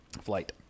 Flight